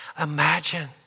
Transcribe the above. Imagine